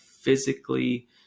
physically